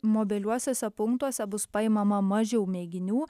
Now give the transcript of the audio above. mobiliuosiuose punktuose bus paimama mažiau mėginių